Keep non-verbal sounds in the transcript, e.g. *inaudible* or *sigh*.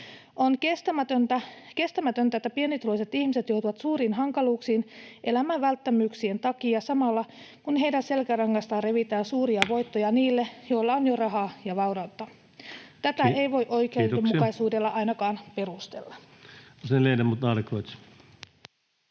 On kestämätöntä, että pienituloiset ihmiset joutuvat suuriin hankaluuksiin elämän välttämättömyyksien takia samalla, kun heidän selkärangastaan revitään suuria voittoja niille, *noise* joilla on jo rahaa ja vaurautta. Tätä ei voi ainakaan oikeudenmukaisuudella perustella.